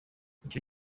icyo